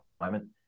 moment